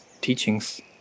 teachings